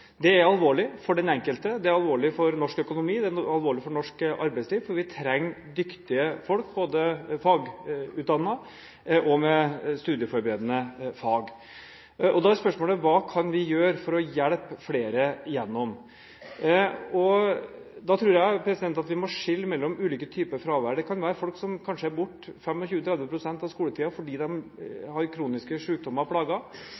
Det er alvorlig for den enkelte, det er alvorlig for norsk økonomi, og det er alvorlig for norsk arbeidsliv, for vi trenger dyktige folk – både fagutdannede og med studieforberedende fag. Da er spørsmålet: Hva kan vi gjøre for å hjelpe flere igjennom? Da tror jeg vi må skille mellom ulike typer fravær. Det kan være folk som er borte 25–30 pst. av skoletiden fordi